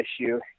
issue